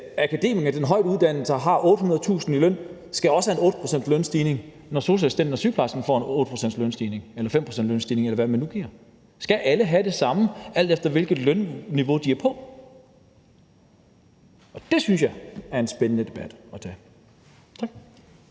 Akademikeren og den højt uddannede, som har 800.000 kr. i løn, skal også have en lønstigning på 8 pct., når sygeplejersken og sosu-assistenten får en lønstigning på 8 pct., eller hvad man nu giver. Skal alle have det samme, ligegyldigt hvilket lønniveau de er på? Det synes jeg er en spændende debat at tage. Tak.